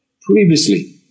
previously